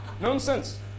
Nonsense